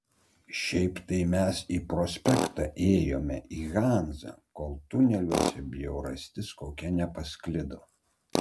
šiaip tai mes į prospektą ėjome į hanzą kol tuneliuose bjaurastis kokia nepasklido